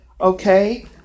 Okay